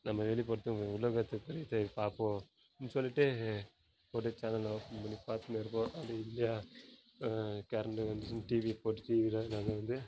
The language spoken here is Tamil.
நம்ம வெளிப்படுத்துவோம் இந்த உலகத்துக்கு தே பார்ப்போம் அப்படின்னு சொல்லிட்டு ஒரு சேனலை ஓப்பன் பண்ணி பார்த்துன்னு இருப்போம் அப்படி இல்லையா கெரண்டு வந்ததும் டிவியை போட்டு டிவியில் நாங்கள் வந்து